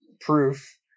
proof